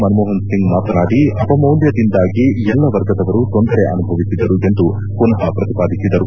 ಮನಮೋಪನ್ ಸಿಂಗ್ ಮಾತನಾಡಿ ಅಪಮೌಲ್ಯದಿಂದಾಗಿ ಎಲ್ಲ ವರ್ಗದವರು ತೊಂದರೆ ಅನುಭವಿಸಿದರು ಎಂದು ಪುನಃ ಪ್ರತಿಪಾದಿಸಿದ್ದಾರೆ